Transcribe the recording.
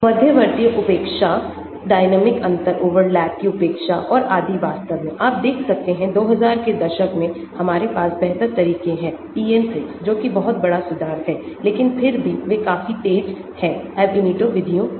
मध्यवर्ती उपेक्षा डायटोमिक अंतर ओवरलैप की उपेक्षा और आदि वास्तव में आप देख सकते हैं2000 के दशक में हमारे पास बेहतर तरीके हैं PM 6 जो किबहुत बड़ा सुधार हैं लेकिन फिर भी वे काफी तेज हैं Ab initio विधियोंसे